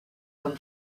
comme